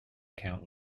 account